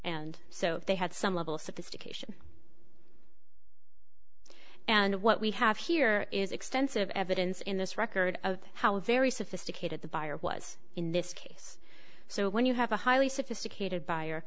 and so they had some level of sophistication and what we have here is extensive evidence in this record of how very sophisticated the buyer was in this case so when you have a highly sophisticated buyer